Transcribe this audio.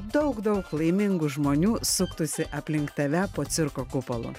daug daug laimingų žmonių suktųsi aplink tave po cirko kupolu